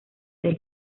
del